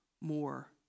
more